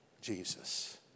Jesus